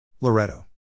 Loretto